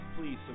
please